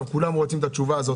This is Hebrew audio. כולם רוצים את התשובה הזאת.